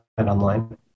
online